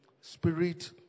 spirit